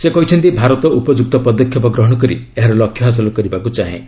ସେ କହିଚ୍ଚନ୍ତି ଭାରତ ଉପଯୁକ୍ତ ପଦକ୍ଷେପ ଗ୍ରହଣ କରି ଏହାର ଲକ୍ଷ୍ୟ ହାସଲ କରିବାକୁ ଚାହେଁ